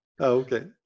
okay